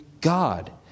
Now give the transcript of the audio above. God